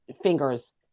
fingers